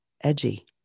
edgy